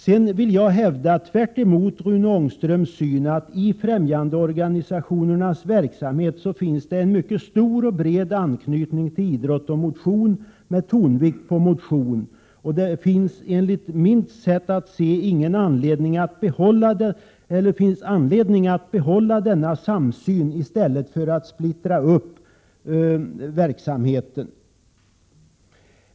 Tvärtemot vad Rune Ångström påstår vill jag hävda att det i ftämjandeorganisationernas verksamhet finns en stor och bred anknytning till idrott och motion med tonvikt på motion. Det finns enligt mitt sätt att se saken anledning att behålla denna samsyn i stället för att splittra verksamheten.